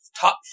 top